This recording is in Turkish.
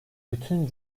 bütün